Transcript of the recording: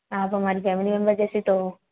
आप हमारी family member जैसी तो हो